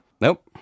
Nope